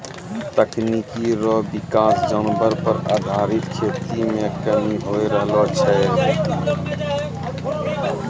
तकनीकी रो विकास जानवर पर आधारित खेती मे कमी होय रहलो छै